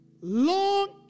long